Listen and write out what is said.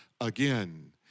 again